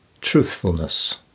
truthfulness